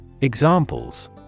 Examples